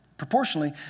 Proportionally